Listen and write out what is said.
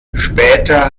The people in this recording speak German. später